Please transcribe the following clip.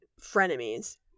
frenemies